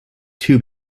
two